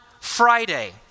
Friday